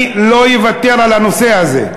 אני לא אוותר על הנושא הזה.